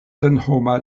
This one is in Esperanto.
senhoma